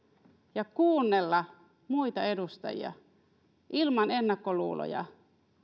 ja kuunnella muita edustajia ilman ennakkoluuloja